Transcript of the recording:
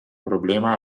problema